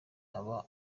aba